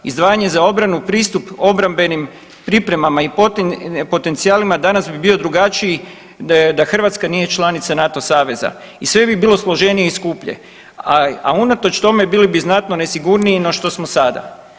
Izdvajanje za obranu i pristup obrambenim pripremama i potencijalima, danas bi bio drugačiji da Hrvatska nije članica NATO saveza i sve bi bilo složenije i skuplje, a unatoč tome bili bi znatno nesigurniji no što smo sada.